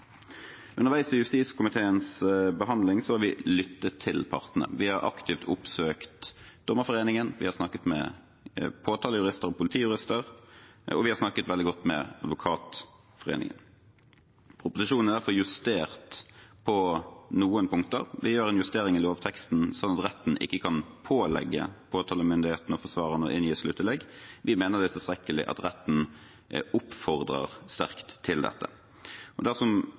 Underveis i justiskomiteens behandling har vi lyttet til partene. Vi har aktivt oppsøkt Dommerforeningen, vi har snakket med påtalejurister og politijurister, og vi har snakket veldig godt med Advokatforeningen. Proposisjonen er derfor justert på noen punkter. Vi gjør en justering i lovteksten slik at retten ikke kan pålegge påtalemyndigheten og forsvarerne å inngi sluttinnlegg. Vi mener det er tilstrekkelig at retten oppfordrer sterkt til dette. Dersom